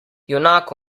junak